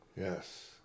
Yes